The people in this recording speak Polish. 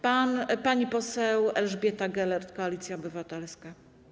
Pani poseł Elżbieta Gelert, Koalicja Obywatelska.